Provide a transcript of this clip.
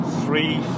three